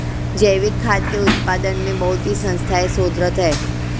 जैविक खाद्य के उत्पादन में बहुत ही संस्थाएं शोधरत हैं